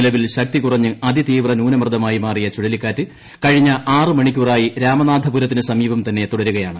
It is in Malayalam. നിലവിൽ ശക്തി കുറഞ്ഞ് അതിതീവ്ര ന്യൂനമർദ്ദമായി മാറിയ ചുഴലിക്കാറ്റ് കഴിഞ്ഞ ആറ് മണിക്കൂറായി രാമനാഥപുരത്തിന് സമീപം തന്നെ തുട്ടരുകയാണ്